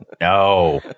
No